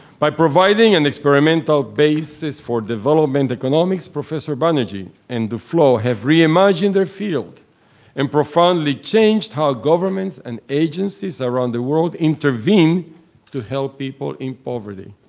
by providing an and experimental basis for development economics, professor banerjee and duflo have reimagined their field and profoundly changed how governments and agencies around the world intervene to help people in poverty.